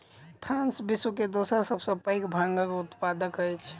France विश्व के दोसर सभ सॅ पैघ भांगक उत्पादक अछि